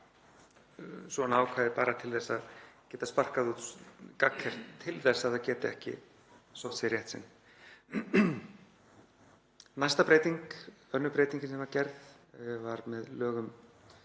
svona ákvæði bara til að geta sparkað út gagngert til þess að það geti ekki sótt sér rétt sinn. Næsta breyting, önnur breytingin sem gerð var, var með lögum